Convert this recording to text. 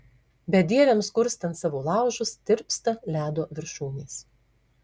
bedieviams kurstant savo laužus tirpsta ledo viršūnės